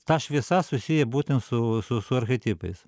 ta šviesa susiję būtent su su su archetipais